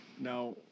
Now